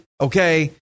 okay